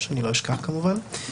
שאני לא אשכח כמובן.